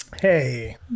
Hey